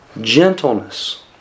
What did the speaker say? Gentleness